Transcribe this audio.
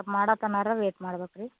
ಮಾಡೋತನಾರ wait ಮಾಡ್ಬೇಕು ರೀ